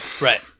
Right